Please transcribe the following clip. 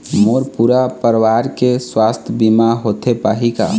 मोर पूरा परवार के सुवास्थ बीमा होथे पाही का?